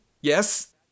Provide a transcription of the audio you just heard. Yes